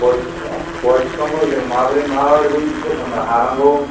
गय बिफां गय बिफांखौ जोङो मा माबोरै फोथांनो हानांगौ